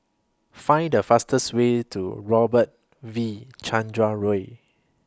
Find The fastest Way to Robert V Chandran Way